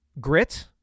grit